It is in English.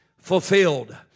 fulfilled